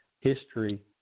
history